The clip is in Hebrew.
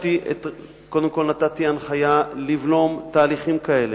נתתי הנחיה לבלום תהליכים כאלה.